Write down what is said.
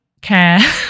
care